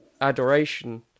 adoration